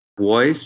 voice